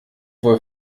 wohl